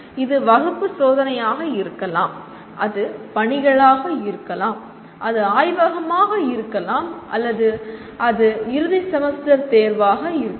இது வகுப்பு சோதனையாக இருக்கலாம் அது பணிகளாக இருக்கலாம் அது ஆய்வகமாக இருக்கலாம் அல்லது அது இறுதி செமஸ்டர் தேர்வாக இருக்கலாம்